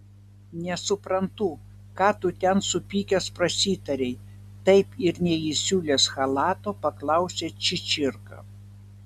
nesuprantu ką tu ten supykęs prasitarei taip ir neįsiūlęs chalato paklausė čičirka